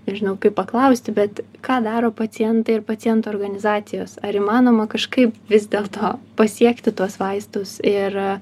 nežinau kaip paklausti bet ką daro pacientai ir pacientų organizacijos ar įmanoma kažkaip vis dėlto pasiekti tuos vaistus ir